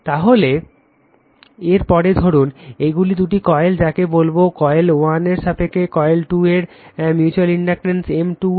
তাহলে এর পরে ধরুন এগুলি দুটি কয়েল যাকে বলবো কয়েল 1 এর সাপেক্ষে কয়েল 2 এর মিউচ্যুয়াল ইন্ডাকটেন্স M 2 1